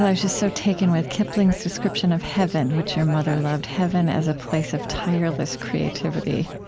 so just so taken with, kipling's description of heaven, which your mother loved heaven as a place of tireless creativity,